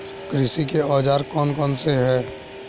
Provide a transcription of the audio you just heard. कृषि के औजार कौन कौन से हैं?